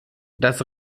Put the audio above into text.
dass